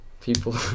people